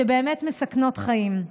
שבאמת מסכנות חיים.